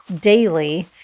daily